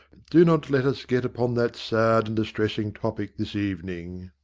do not let us get upon that sad and distressing topic this evening.